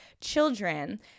children